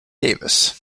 davis